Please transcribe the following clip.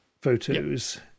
photos